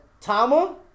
Tama